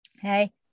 Okay